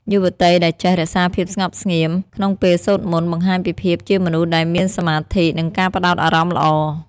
យុវតីដែលចេះ "រក្សាភាពស្ងប់ស្ងៀម" ក្នុងពេលសូត្រមន្ត បង្ហាញពីភាពជាមនុស្សដែលមានសមាធិ និងការផ្ដោតអារម្មណ៍ល្អ។